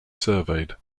surveyed